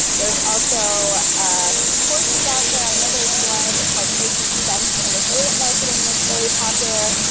there's also some courses out there. i know there's one called making sense of affiliate marketing that's really popular.